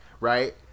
Right